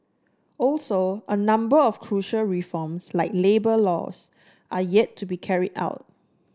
also a number of crucial reforms like labour laws are yet to be carry out